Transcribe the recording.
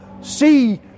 see